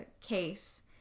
case